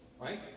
right